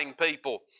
people